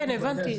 כן, הבנתי.